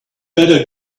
better